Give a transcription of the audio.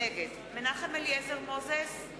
נגד מנחם אליעזר מוזס,